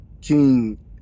King